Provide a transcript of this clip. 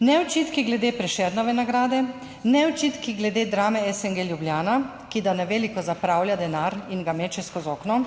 Ne očitki glede Prešernove nagrade ne očitki glede Drame SNG Ljubljana, ki da na veliko zapravlja denar in ga meče skozi okno,